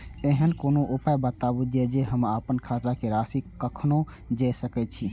ऐहन कोनो उपाय बताबु जै से हम आपन खाता के राशी कखनो जै सकी?